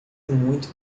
muito